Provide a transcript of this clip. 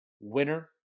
winner